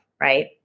right